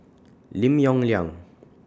Lim Yong Liang